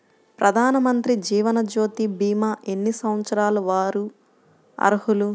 ప్రధానమంత్రి జీవనజ్యోతి భీమా ఎన్ని సంవత్సరాల వారు అర్హులు?